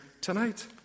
tonight